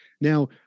Now